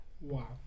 wow